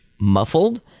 muffled